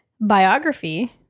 biography